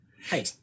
Hey